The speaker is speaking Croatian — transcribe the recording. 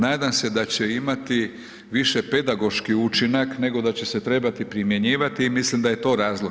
Nadam se da će imati više pedagoški učinak nego da će se trebati primjenjivati i mislim da je to razlog.